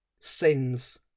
sins